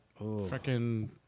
freaking